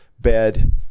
bed